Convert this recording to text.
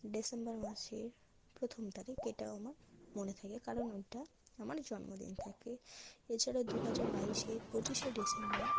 December মাসের প্রথম তারিখ এটাও আমার মনে থাকে কারণ ওইটা আমার জন্মদিন থাকে এছাড়া দু হাজার বাইশে পঁচিশে ডিসেম্বর